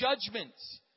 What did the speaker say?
judgments